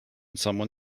someone